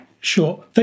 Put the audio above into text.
Sure